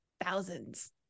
thousands